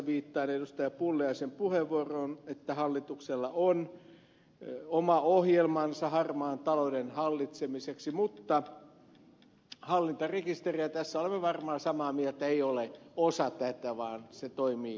pulliaisen puheenvuoroon että hallituksella on oma ohjelmansa harmaan talouden hallitsemiseksi mutta hallintarekisteri ja tästä olemme varmaan samaa mieltä ei ole osa tätä vaan se toimii päinvastaiseen suuntaan